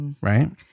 Right